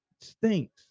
Stinks